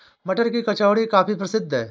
मटर की कचौड़ी काफी प्रसिद्ध है